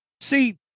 see